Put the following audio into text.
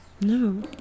No